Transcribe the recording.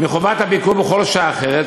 מחובת הביקור בכל שעה אחרת,